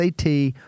SAT